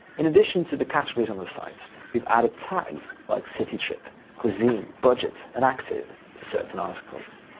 in addition to the categories on the site, we've added tags like city trip, cuisine, budget, and active to certain articles.